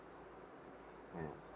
mm